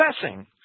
professing